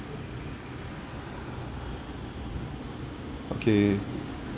okay